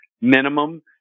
minimum